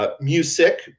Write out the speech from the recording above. Music